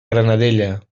granadella